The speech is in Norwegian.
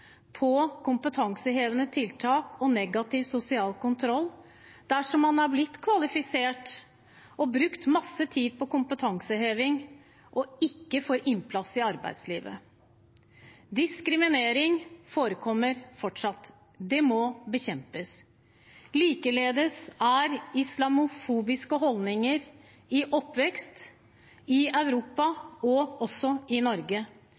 på kompetansehevende tiltak og negativ sosial kontroll dersom man har blitt kvalifisert, har brukt masse tid på kompetanseheving og ikke får innpass i arbeidslivet. Diskriminering forekommer fortsatt. Det må bekjempes. Likeledes er islamofobiske holdninger i framvekst i Europa og også i Norge.